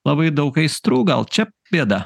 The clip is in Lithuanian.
labai daug aistrų gal čia bėda